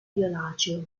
violaceo